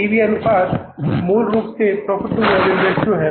P V PV अनुपात मूल रूप से प्रॉफिट टू वॉल्यूम रेश्यो है